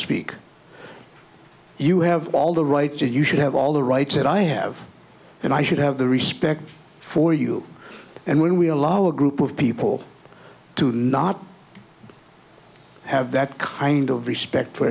speak you have all the rights and you should have all the rights that i have and i should have the respect for you and when we allow a group of people to not have that kind of respect for